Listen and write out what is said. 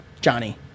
Johnny